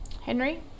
Henry